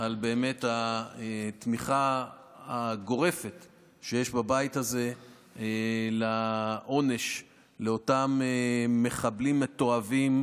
על התמיכה הגורפת שיש בבית הזה לעונש לאותם מחבלים מתועבים.